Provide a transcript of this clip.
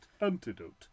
antidote